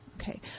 okay